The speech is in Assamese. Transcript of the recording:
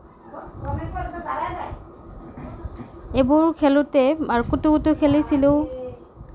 এইবোৰ খেলোঁতে আৰু কুটু কুটু খেলিছিলোঁ